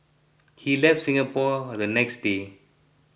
he left Singapore the next day